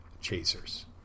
chasers